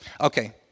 Okay